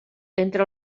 entre